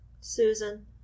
Susan